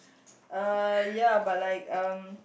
uh ya but like um